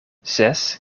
zes